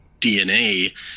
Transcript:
dna